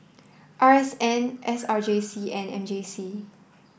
R S N S R J C and M J C